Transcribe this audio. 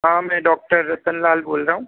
हाँ मैं डॉक्टर रतनलाल बोल रहा हूँ